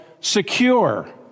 secure